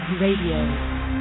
Radio